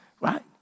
Right